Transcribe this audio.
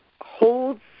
holds